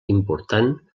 important